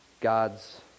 God's